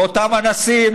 לאותם אנסים,